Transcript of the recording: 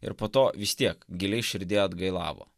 ir po to vis tiek giliai širdyje atgailavo